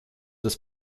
des